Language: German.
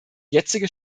jetzige